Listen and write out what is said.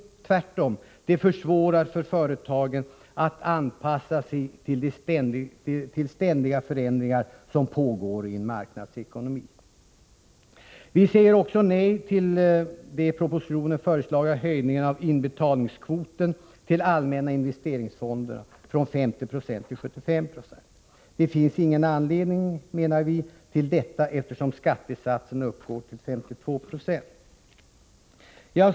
Tvärtom, de försvårar för företagen att anpassa sig till de förändringar som ständigt pågår i en marknadsekonomi. Vi säger också nej till den i propositionen föreslagna höjningen av inbetalningskvoten till allmänna investeringsfonderna — från 50 96 till 75 96. Det finns ingen anledning till detta, menar vi, eftersom skattesatsen uppgår till 52 96.